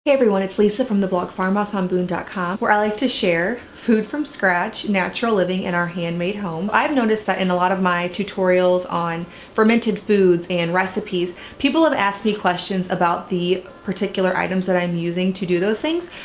everyone, it's lisa from the blog farmhouseonboone dot com where i like to share food from scratch, natural living, and our handmade home. i've noticed that in a lot of my tutorials on fermented foods and recipes people have asked me questions about the particular items that i'm using to do those things.